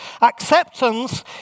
acceptance